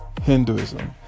Hinduism